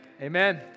amen